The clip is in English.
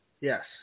yes